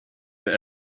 but